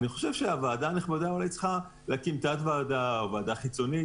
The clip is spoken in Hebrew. אני חושב שהוועדה הנכבדה אולי צריכה להקים תת-ועדה או ועדה חיצונית